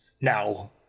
Now